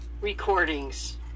recordings